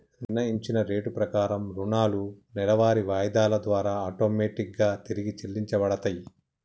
నిర్ణయించిన రేటు ప్రకారం రుణాలు నెలవారీ వాయిదాల ద్వారా ఆటోమేటిక్ గా తిరిగి చెల్లించబడతయ్